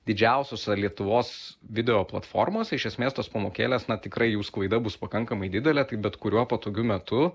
didžiausiose lietuvos video platformose iš esmės tos pamokėlės na tikrai jų sklaida bus pakankamai didelė tai bet kuriuo patogiu metu